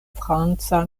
franca